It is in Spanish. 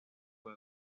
fue